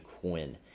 Quinn